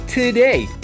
Today